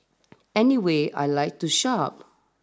anyway I like to shop